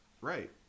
right